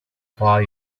花园